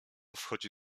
wchodzi